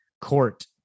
court